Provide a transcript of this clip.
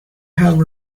have